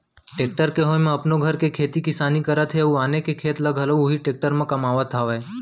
tractor के होय म अपनो घर के खेती किसानी करत हें अउ आने के खेत ल घलौ उही टेक्टर म कमावत हावयँ